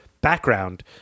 background